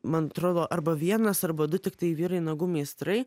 man atrodo arba vienas arba du tiktai vyrai nagų meistrai